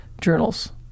journals